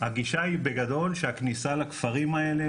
הגישה היא בגדול שהכניסה לכפרים האלה,